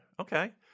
Okay